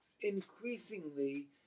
Increasingly